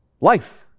life